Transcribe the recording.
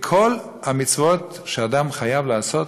כל המצוות שאדם חייב לעשות,